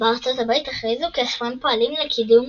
בארצות הברית הכריזו כי הספרים פועלים לקידום